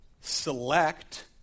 select